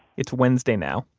it's wednesday now,